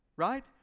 Right